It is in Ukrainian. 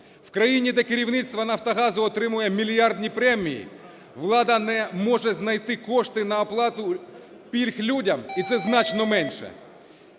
В країні, де керівництво "Нафтогазу" отримує мільярдні премії, влада не може знайти кошти на оплату пільг людям, і це значно менше.